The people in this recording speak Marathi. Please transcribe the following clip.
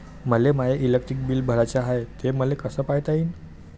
मले माय इलेक्ट्रिक बिल भराचं हाय, ते मले कस पायता येईन?